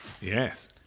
yes